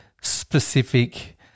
specific